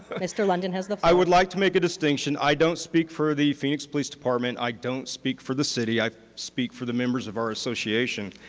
mr. london has the floor. i would like to make a distinction. i don't speak for the phoenix police department. i don't speak for the city. i speak for the members of our association.